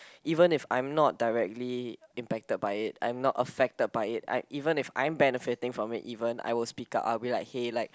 even if I'm not directly impacted by it I'm not affected by it I even if I'm benefitting from it even I will speak up I will be like hey like